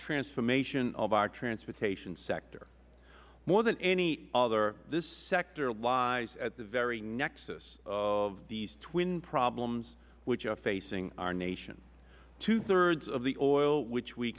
transformation of our transportation sector more than any other this sector lies at the very nexus of these twin problems which are facing our nation two thirds of the oil which we